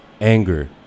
anger